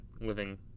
living